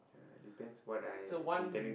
it's a one